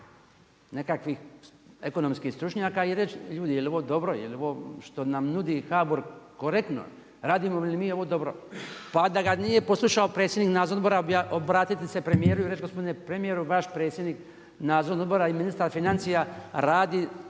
nekakvih ekonomskih stručnjaka i reći ljudi jeli ovo dobro, jeli ovo što nam nudi HBOR korektno, radimo li mi ovo dobro. Pa da ga nije poslušao predsjednik nadzornog odbora obratiti se premijeru i reći gospodine premijeru vaš predsjednika nadzornog odbora i ministar financija radi